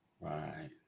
Right